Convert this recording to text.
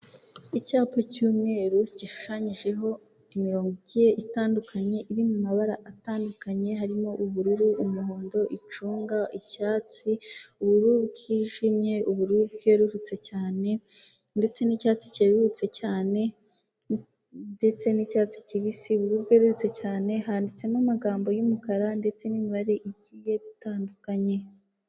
Icyapa cy'umweru gishushanyijeho imirongo igiye itandukanye iri mu mabara atandukanye, harimo ubururu, umuhondo, icunga, icyatsi, ubururu bwijimye, ubururu bwerurutse cyane ndetse n'icyatsi cyerurutse cyane, ndetse n'icyatsi kibisi. Ubururu bwerurutse cyane handitsemo amagambo y'umukara ndetse n'imibare igiye itandukanye.